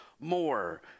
more